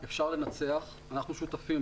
אפשר לנצח אנחנו שותפים,